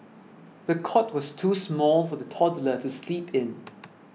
the cot was too small for the toddler to sleep in